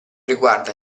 riguarda